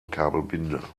kabelbinder